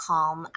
Calm